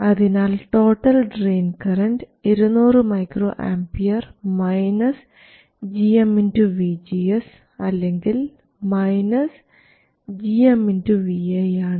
അതിനാൽ total drain current 200 µA gm vGS അല്ലെങ്കിൽ gm vi ആണ്